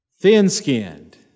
Thin-skinned